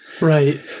Right